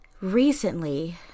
Recently